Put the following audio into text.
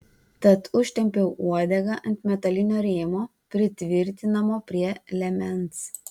tad užtempiau uodegą ant metalinio rėmo pritvirtinamo prie liemens